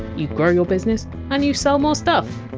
you grow your business, and you sell more stuff.